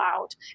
out